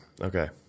Okay